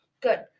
good